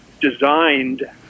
designed